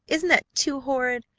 isn't that too horrid?